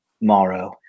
Morrow